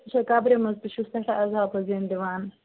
یہِ چھا قَبرِ منٛز تہِ چھُس سٮ۪ٹھاہ عزاب حظ دِنہٕ یِوان